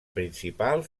principal